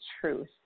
truth